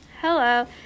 hello